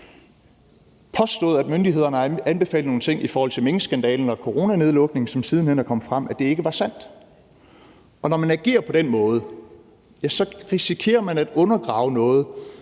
påstået, at myndighederne har anbefalet nogle ting i forhold til minkskandalen og coronanedlukning, hvor det siden hen er kommet frem, at det ikke var sandt. Og når man agerer på den måde, risikerer man at undergrave noget,